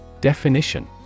Definition